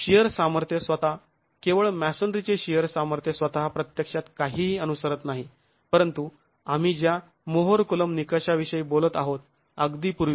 shear सामर्थ्य स्वतः केवळ मॅसोनरीचे शिअर सामर्थ्य स्वतः प्रत्यक्षात काहीही अनुसरत नाही परंतु आम्ही ज्या मोहर कुलोंब निकषाविषयी बोलत आहोत अगदी पूर्वी